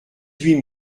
huit